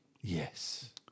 Yes